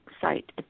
site